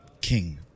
King